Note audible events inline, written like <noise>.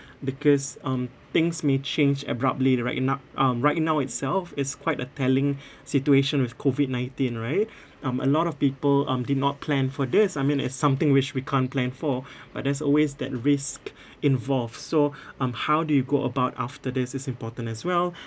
because um things may change abruptly right now um right now itself is quite a telling <breath> situation with COVID nineteen right <breath> um a lot of people um did not plan for this I mean it's something which we can't plan for <breath> but there's always that risk <breath> involved so <breath> um how do you go about after this is important as well <breath>